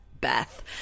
Beth